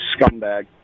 scumbag